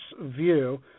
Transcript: view